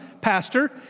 pastor